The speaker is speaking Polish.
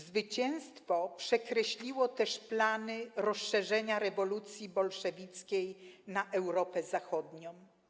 Zwycięstwo przekreśliło też plany rozszerzenia rewolucji bolszewickiej na Europę Zachodnią.